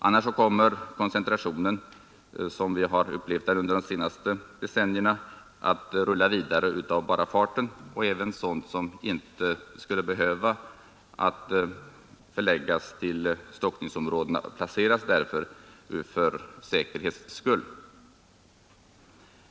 Annars kommer koncentrationen, som vi har upplevt den under de senaste decennierna, att rulla vidare av bara farten, och även sådant som inte skulle behöva förläggas till stockningsområdena placeras där för säkerhets skull.